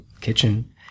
kitchen